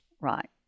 Right